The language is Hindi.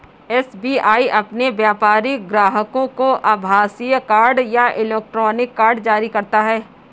एस.बी.आई अपने व्यापारिक ग्राहकों को आभासीय कार्ड या इलेक्ट्रॉनिक कार्ड जारी करता है